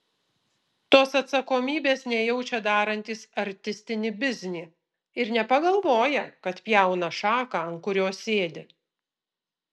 tos atsakomybės nejaučia darantys artistinį biznį ir nepagalvoja kad pjauna šaką ant kurios sėdi